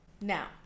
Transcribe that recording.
now